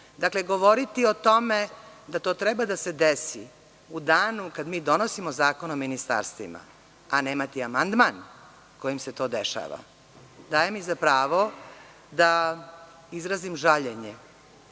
govoriti o tome da to treba da se desi u danu kada mi donosimo zakon o ministarstvima a nemati amandman kojim se to dešava, daje mi za pravo da izrazim žaljenje